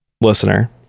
listener